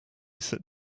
sit